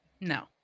No